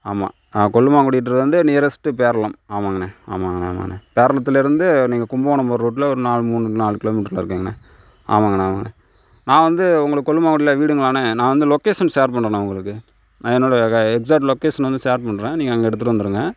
ஆமா கொல்லுமாங்குடின்றது வந்து நியரஸ்ட்டு பேரளம் ஆமாங்கண்ணா ஆமாங்கண்ணா ஆமாங்கண்ணா பேரளத்துலருந்து நீங்கள் கும்பகோணம் போகிற ரோட்டில் ஒரு நாலு மூணு நாலு கிலோமீட்டரில் இருக்கங்கண்ணா ஆமாங்கண்ணா ஆமாங்கண்ணா நான் வந்து உங்களை கொல்லுமாங்குடியில் வீடுங்களாண்ணா நான் வந்து லொகேஷன் ஷேர் பண்றண்ணா உங்களுக்கு என்னோட எக்ஸேட் லொக்கேஷனை வந்து ஷேர் பண்றேன் நீங்கள் அங்கே எடுத்துட்டு வந்துடுங்க